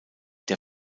der